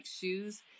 shoes